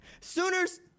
Sooners